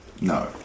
No